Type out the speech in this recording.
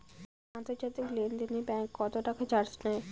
আন্তর্জাতিক লেনদেনে ব্যাংক কত টাকা চার্জ নেয়?